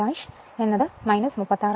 9degree